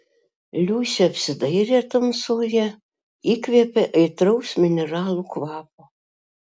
liusė apsidairė tamsoje įkvėpė aitraus mineralų kvapo